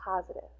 positive